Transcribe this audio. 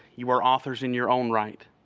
you are authors in your own right,